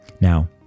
Now